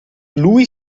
lui